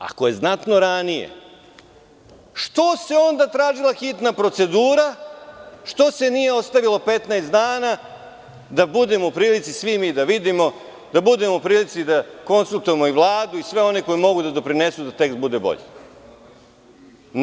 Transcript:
Ako je znatno ranije, što se onda tražila hitna procedura, što se nije ostavilo 15 dana da budemo u prilici svi mi da vidimo, da konsultujemo i Vladu i sve one koji mogu da doprinesu da bude bolji tekst.